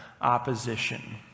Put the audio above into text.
opposition